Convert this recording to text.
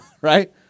Right